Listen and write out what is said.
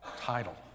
title